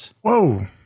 Whoa